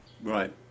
Right